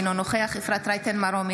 אינו נוכח אפרת רייטן מרום,